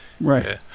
Right